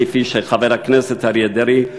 כפי שחבר הכנסת אריה דרעי אמר,